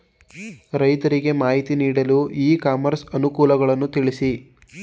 ರೈತರಿಗೆ ಮಾಹಿತಿ ನೀಡಲು ಇ ಕಾಮರ್ಸ್ ಅನುಕೂಲಗಳನ್ನು ತಿಳಿಸಿ?